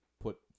put